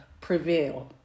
prevail